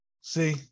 See